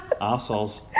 assholes